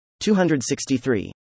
263